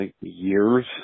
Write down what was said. years